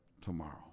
tomorrow